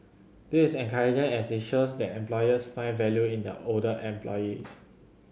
this is encouraging as it shows that employers find value in their older employees